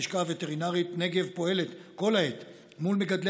הלשכה הווטרינרית נגב פועלת כל העת מול מגדלי